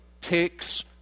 takes